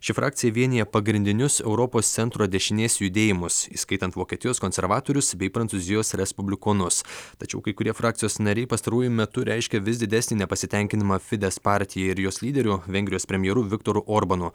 ši frakcija vienija pagrindinius europos centro dešinės judėjimus įskaitant vokietijos konservatorius bei prancūzijos respublikonus tačiau kai kurie frakcijos nariai pastaruoju metu reiškia vis didesnį nepasitenkinimą fides partija ir jos lyderiu vengrijos premjeru viktoru orbanu